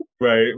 right